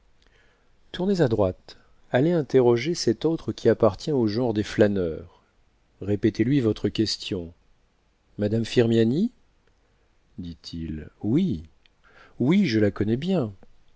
tournez à droite allez interroger cet autre qui appartient au genre des flâneurs répétez lui votre question madame firmiani dit-il oui oui je la connais bien